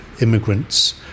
immigrants